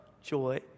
joy